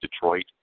Detroit